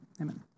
Amen